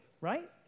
right